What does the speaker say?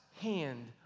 hand